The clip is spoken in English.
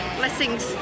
blessings